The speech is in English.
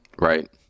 Right